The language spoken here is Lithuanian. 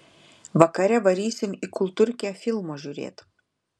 vakare varysim į kultūrkę filmo žiūrėt